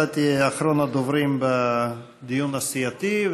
אתה תהיה אחרון הדוברים בדיון הסיעתי,